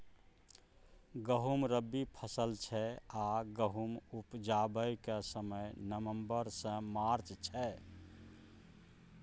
गहुँम रबी फसल छै आ गहुम उपजेबाक समय नबंबर सँ मार्च छै